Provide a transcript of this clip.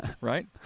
right